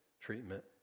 treatment